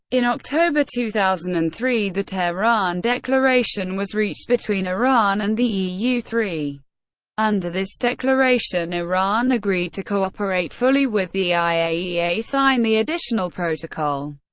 in october two thousand and three, the tehran declaration was reached between iran and the eu three under this declaration iran agreed to cooperate fully with the iaea, sign the additional protocol,